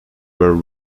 were